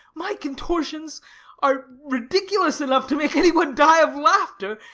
my contortions are ridiculous enough to make any one die of laughter,